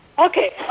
Okay